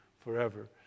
forever